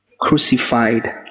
crucified